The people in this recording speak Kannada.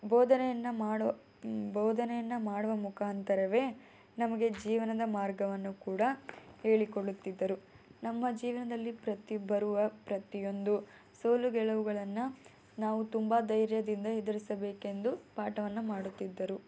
ಬೋಧನೆಯನ್ನು ಮಾಡೋ ಬೋಧನೆಯನ್ನು ಮಾಡುವ ಮುಖಾಂತರವೇ ನಮಗೆ ಜೀವನದ ಮಾರ್ಗವನ್ನು ಕೂಡ ಹೇಳಿಕೊಡುತ್ತಿದ್ದರು ನಮ್ಮ ಜೀವನದಲ್ಲಿ ಪ್ರತಿ ಬರುವ ಪ್ರತಿಯೊಂದು ಸೋಲು ಗೆಲುವುಗಳನ್ನು ನಾವು ತುಂಬ ಧೈರ್ಯದಿಂದ ಎದುರಿಸಬೇಕೆಂದು ಪಾಠವನ್ನು ಮಾಡುತ್ತಿದ್ದರು